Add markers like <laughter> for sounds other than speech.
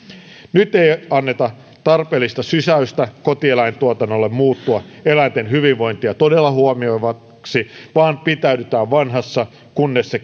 nyt ei anneta tarpeellista sysäystä kotieläintuotannolle muuttua eläinten hyvinvointia todella huomioivaksi vaan pitäydytään vanhassa kunnes se <unintelligible>